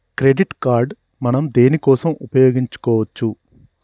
Credit card మనం దేనికోసం ఉపయోగించుకోవచ్చు?